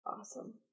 Awesome